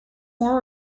more